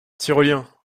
tyroliens